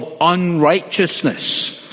unrighteousness